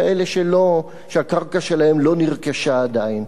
כאלה שהקרקע שלהם לא נרכשה עדיין.